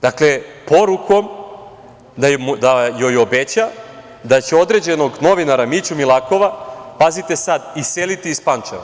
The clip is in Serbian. Dakle, porukom da joj obeća da će određenog novinara Miću Milakova, pazite sad, iseliti iz Pančeva.